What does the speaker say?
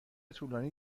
طولانی